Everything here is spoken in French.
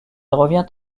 revient